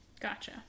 Gotcha